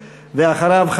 ואחריו,